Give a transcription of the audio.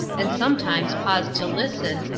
and sometimes paused to listen,